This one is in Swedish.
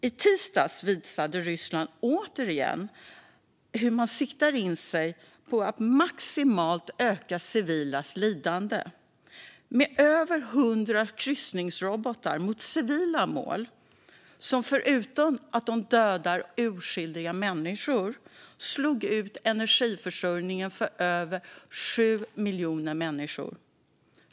I tisdags visade Ryssland återigen hur man siktar in sig på att maximalt öka civilas lidande med över 100 kryssningsrobotar mot civila mål. Förutom att de dödade oskyldiga människor slog de ut energiförsörjningen för över 7 miljoner människor.